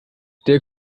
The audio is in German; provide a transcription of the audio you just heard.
der